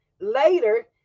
Later